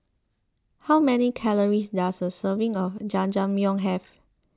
how many calories does a serving of Jajangmyeon have